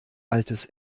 altes